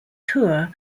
tour